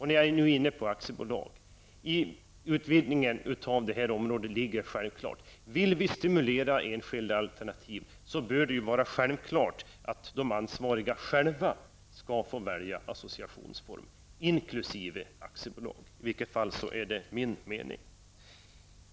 När jag nu är inne på aktiebolag vill jag säga följande. Vid en utvidgning på det här området kan man säga: Vill vi stimulera enskilda alternativ, bör det vara självklart att de ansvariga själva skall få välja associationsform inkl. aktiebolagsform. Detta är i varje fall min mening.